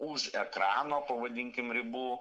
už ekrano pavadinkim ribų